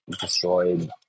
destroyed